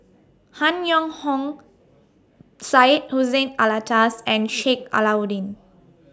Han Yong Hong Syed Hussein Alatas and Sheik Alau'ddin